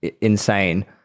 insane